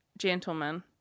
gentlemen